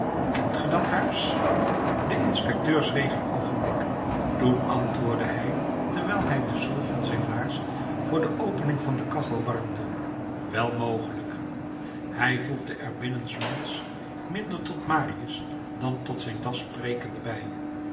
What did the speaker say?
kent ge dat huis de inspecteur zweeg een oogenblik toen antwoordde hij terwijl hij den zool van zijn laars voor de opening van de kachel warmde wel mogelijk hij voegde er binnensmonds minder tot marius dan tot zijn das sprekende bij